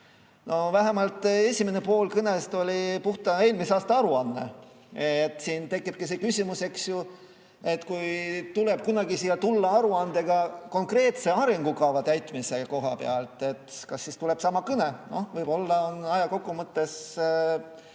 No vähemalt esimene pool kõnest oli puhtalt eelmise aasta aruanne. Siin tekibki küsimus, eks ju, et kui tuleb kunagi siia tulla aruandega konkreetse arengukava täitmise koha pealt, kas siis tuleb sama kõne. Võib-olla aja kokkuhoiu mõttes